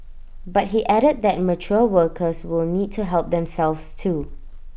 but he added that mature workers will need to help themselves too